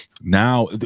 Now